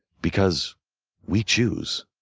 because we choose.